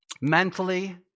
mentally